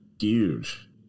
huge